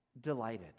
delighted